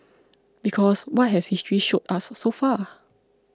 because what has history showed us so far